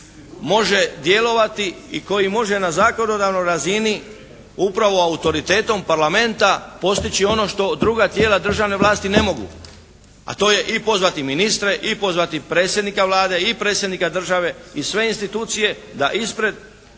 može djelovati i koji može na zakonodavnoj razini upravo autoritetom Parlamenta postići ono što druga tijela državne vlasti ne mogu. A to je i pozvati ministre i pozvati predsjednika Vlade i predsjednika države i sve institucije da ispred